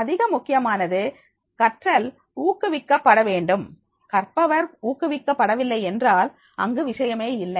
அதிக முக்கியமானது கற்றல் ஊக்குவிக்கப்பட வேண்டும் கற்பவர் ஊக்குவிக்கப்படவில்லை என்றால்அங்கு விஷயமே இல்லை